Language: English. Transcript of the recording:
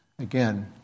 Again